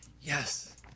Yes